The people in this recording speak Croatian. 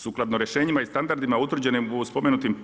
Sukladno rješenjima i standardima utvrđenim u spomenutim